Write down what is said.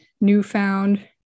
newfound